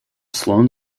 sloane